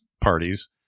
parties